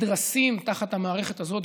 נדרסים תחת המערכת הזאת,